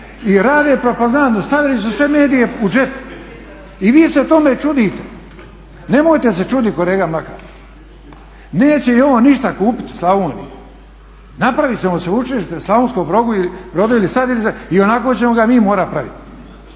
i rade propagandu, stavili su sve medije u džep. I vi se tome čudite. Nemojte se čuditi kolega Mlakar. Neće …/Govornik se ne razumije./… ništa kupiti u Slavoniji. Napraviti ćemo sveučilište u Slavonskom Brodu ili sad ili za, ionako ćemo ga mi morati praviti